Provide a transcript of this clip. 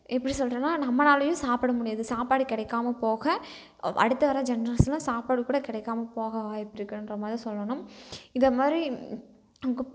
எப்படி சொல்கிறதுன்னா நம்மனாலையும் சாப்பிட முடியாது சாப்பாடு கிடைக்காம போக அடுத்த வர ஜென்ட்ரேஷன்லாம் சாப்பாடு கூட கிடைக்காம போக வாய்ப்பு இருக்கின்ற மாதிரி தான் சொல்லணும் இந்த மாதிரி